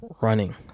running